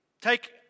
take